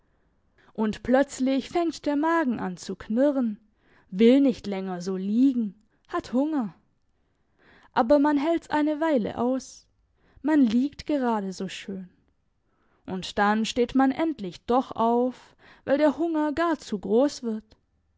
und plötzlich fängt der magen an zu knurren will nicht länger so liegen hat hunger aber man hält's eine weile aus man liegt gerade so schön und dann steht man endlich doch auf weil der hunger gar zu gross wird das